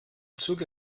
zuge